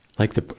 like the,